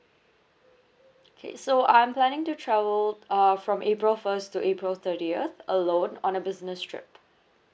okay so I'm planning to travel uh from april first to april thirtieth alone on a business trip